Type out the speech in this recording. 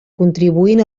contribuint